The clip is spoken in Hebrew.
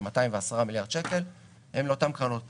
כ-210 מיליארד שקל הם לאותן קרנות פנסיה.